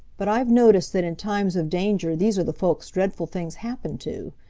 but i've noticed that in times of danger these are the folks dreadful things happen to.